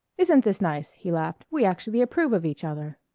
isn't this nice? he laughed. we actually approve of each other.